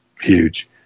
huge